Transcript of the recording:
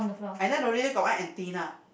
and then the radio got one antenna